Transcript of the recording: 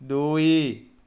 ଦୁଇ